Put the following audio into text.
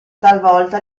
talvolta